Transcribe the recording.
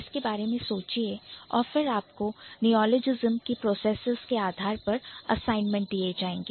इसके बारे में सोचिए और फिर आपको Neologism नियॉलजिस्म की processes प्रक्रियाओं के आधार पर असाइनमेंट दिए जाएंगे